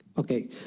Okay